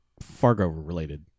Fargo-related